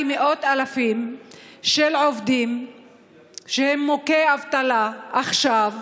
מאות אלפים של עובדים שהם מוכי אבטלה עכשיו,